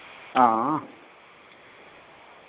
हां